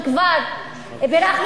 אנחנו כבר בירכנו,